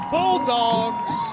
Bulldogs